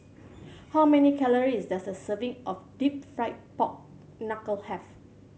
how many calories does a serving of Deep Fried Pork Knuckle have